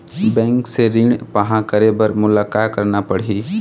Bank से ऋण पाहां करे बर मोला का करना पड़ही?